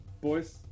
Boys